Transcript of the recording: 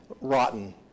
rotten